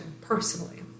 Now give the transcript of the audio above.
personally